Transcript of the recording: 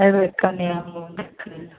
एबै कनिआँ मुँह देखै लै